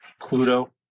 Pluto